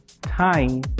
Time